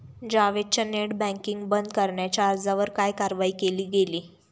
जावेदच्या net banking बंद करण्याच्या अर्जावर काय कारवाई केली गेली?